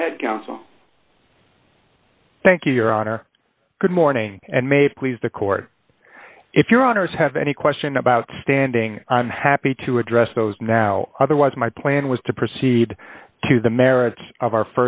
go ahead thank you your honor good morning and may please the court if your owners have any question about standing i'm happy to address those now otherwise my plan was to proceed to the merits of